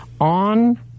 on